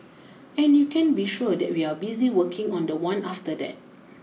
and you can be sure that we are busy working on the one after that